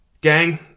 Gang